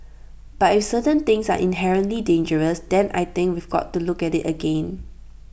but if certain things are inherently dangerous then I think we have got to look at IT again